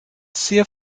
sehr